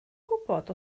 gwybod